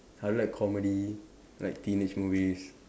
I like comedy like teenage movies